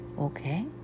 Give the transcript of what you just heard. okay